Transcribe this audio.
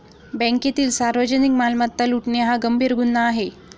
बँकेतील सार्वजनिक मालमत्ता लुटणे हा गंभीर गुन्हा आहे